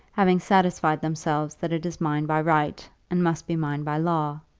having satisfied themselves that it is mine by right, and must be mine by law.